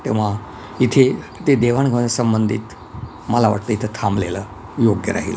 तेव्हा इथे ते देवाण संबंधित मला वाटतं इथं थांबलेलं योग्य राहील